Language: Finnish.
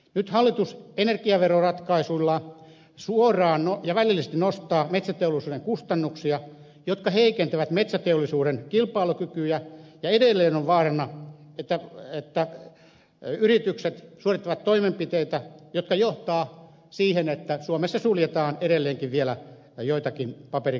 nyt hallitus energiaveroratkaisuillaan suoraan ja välillisesti nostaa metsäteollisuuden kustannuksia jotka heikentävät metsäteollisuuden kilpailukykyä ja edelleen on vaarana että yritykset suorittavat toimenpiteitä jotka johtavat siihen että suomessa suljetaan edelleenkin vielä joitakin paperikoneita